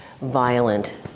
violent